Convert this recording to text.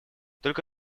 только